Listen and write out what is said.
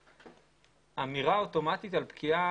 אמירה אוטומטית על פקיעה,